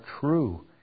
true